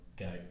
go